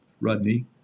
Rodney